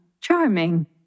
charming